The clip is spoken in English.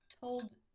told